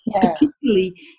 particularly